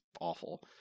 awful